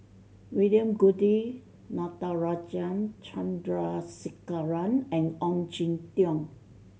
William Goode Natarajan Chandrasekaran and Ong Jin Teong